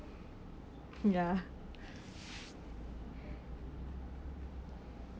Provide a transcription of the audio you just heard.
ya